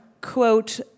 quote